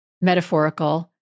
metaphorical